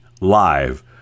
live